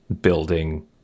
building